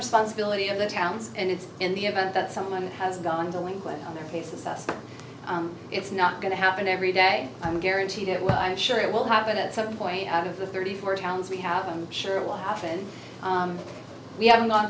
responsibility of the towns and it's in the event that someone has gone delinquent on their faces it's not going to happen every day i'm gary she did well i'm sure it will happen at some point out of the thirty four towns we have i'm sure it will happen we haven't gone